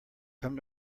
come